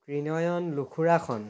Trinayan Lukhurakhon